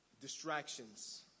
distractions